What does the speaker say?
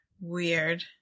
Weird